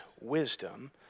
wisdom